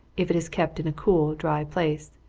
if it is kept in a cool, dry place.